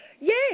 Yes